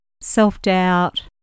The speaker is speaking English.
self-doubt